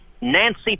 Nancy